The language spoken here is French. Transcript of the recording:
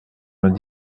vingt